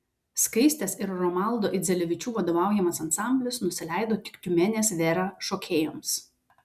skaistės ir romaldo idzelevičių vadovaujamas ansamblis nusileido tik tiumenės vera šokėjams